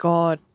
God